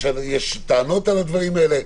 יש טענות על הדברים האלה.